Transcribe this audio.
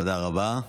תודה רבה.